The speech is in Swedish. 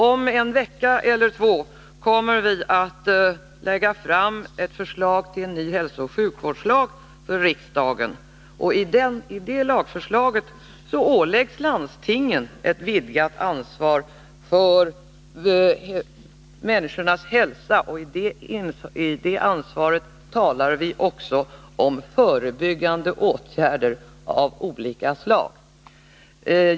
Om en vecka eller två kommer vi att lägga fram ett förslag till en ny hälsooch sjukvårdslag för riksdagen. I det lagförslaget åläggs landstingen ett vidgat ansvar för människornas hälsa. I det sammanhanget talar vi också om förebyggande åtgärder av olika slag.